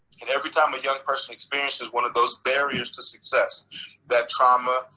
and every time a young person experiences one of those barriers to success that trauma,